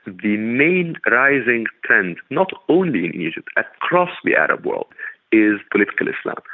the main rising trend not only in egypt across the arab world is political islam.